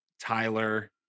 Tyler